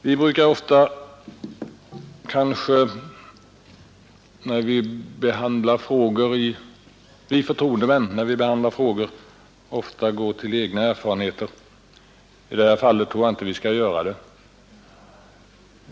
Vi förtroendemän brukar ofta när vi behandlar frågor gå till våra egna erfarenheter. I detta fall tror jag inte vi skall göra det.